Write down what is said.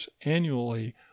annually